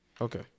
Okay